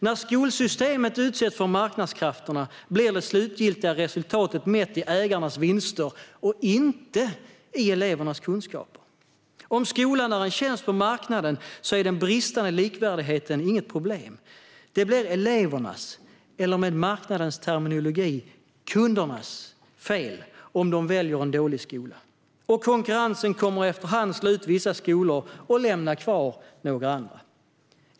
När skolsystemet utsätts för marknadskrafterna blir det slutliga resultatet mätt i ägarnas vinster och inte i elevernas kunskaper. Om skolan är en tjänst på marknaden är den bristande likvärdigheten inget problem. Det blir elevernas - eller, med marknadens terminologi, kundernas - fel om de väljer en dålig skola, och konkurrensen kommer efter hand att slå ut vissa skolor och lämna kvar några andra.